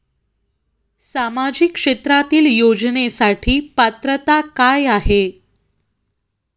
सामाजिक क्षेत्रांतील योजनेसाठी पात्रता काय आहे?